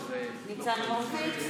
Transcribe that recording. הורוביץ,